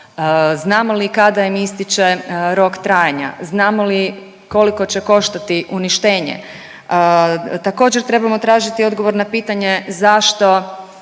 znamo li kada im ističe rok trajanja, znamo li koliko će koštati uništenje. Također trebamo tražiti odgovor na pitanje zašto